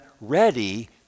ready